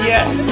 Yes